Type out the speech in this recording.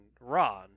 Ron